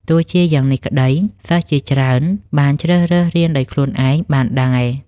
ទោះជាយ៉ាងនេះក្តី សិស្សជាច្រើនបានជ្រើសរើសរៀនដោយខ្លួនឯងបានដែរ។